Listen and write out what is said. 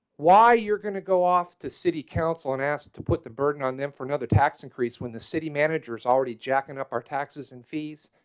why you're gonna go off to city council and asked to put the burden on them for another tax increase when the city manager's already jacking up our taxes and fees.